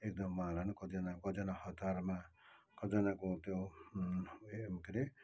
एकदम उहाँहरूलाई पनि कतिजना कतिजना हतारमा कतिजनाको त्यो उयो के हरे